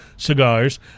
Cigars